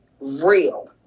real